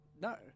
No